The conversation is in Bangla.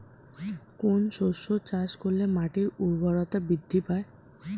কোন শস্য চাষ করলে মাটির উর্বরতা বৃদ্ধি পায়?